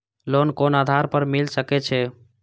Loan कोन आधार पर मिल सके छे?